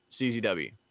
CZW